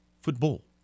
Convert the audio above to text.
Football